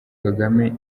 kagame